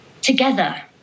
together